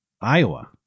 Iowa